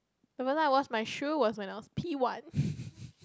the first time i wash my shoe was when I was P one